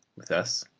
with us,